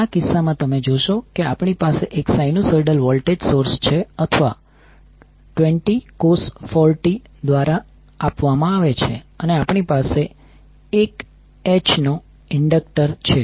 આ કિસ્સામાં તમે જોશો કે આપણી પાસે એક સાઈનુસોઇડલ વોલ્ટેજ સોર્સ છે અથવા 20 cos 4t દ્વારા આપવામાં આવે છે અને આપણી પાસે 1H નો ઇન્ડક્ટર છે